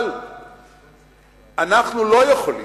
אבל אנחנו לא יכולים,